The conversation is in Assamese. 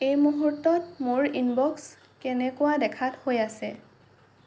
এই মুহূৰ্তত মোৰ ইনবক্স কেনেকুৱা দেখাত হৈ আছে